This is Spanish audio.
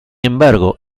embargo